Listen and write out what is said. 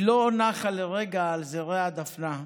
היא לא נחה לרגע על זרי הדפנה.